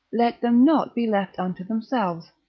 let them not be left unto themselves,